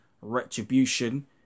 retribution